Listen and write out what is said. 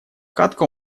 кадка